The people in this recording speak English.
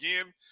again